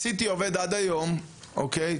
ה-CT עובד עד היום, אוקיי?